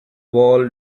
wall